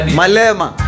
malema